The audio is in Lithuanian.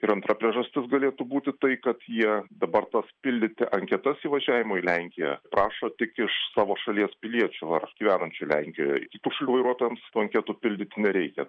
ir antra priežastis galėtų būti tai kad jie dabar tas pildyti anketas įvažiavimui į lenkiją prašo tik iš savo šalies piliečių ar gyvenančių lenkijoj kitų šalių vairuotojams tų anketų pildyti nereikia